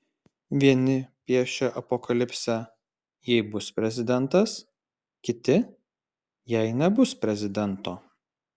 vieni piešia apokalipsę jei bus prezidentas kiti jei nebus prezidento